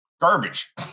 garbage